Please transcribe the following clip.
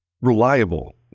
reliable